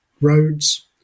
roads